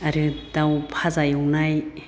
आरो दाव फाजा एवनाय